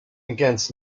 against